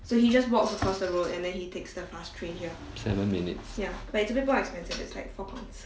seven minutes